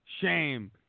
Shame